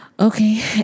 Okay